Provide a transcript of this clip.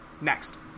next